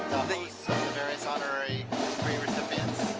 the various honorary degree recipients,